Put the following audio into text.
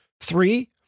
Three